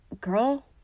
girl